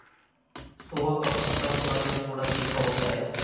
सोआ का पत्ता स्वाद में थोड़ा तीखा होता है